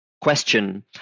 question